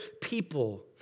people